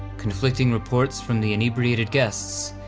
conflicting reports from the inebriated guests,